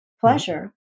pleasure